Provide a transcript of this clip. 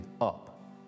up